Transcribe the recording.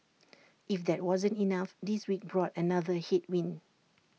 if that wasn't enough this week brought another headwind